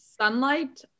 sunlight